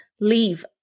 leave